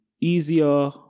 easier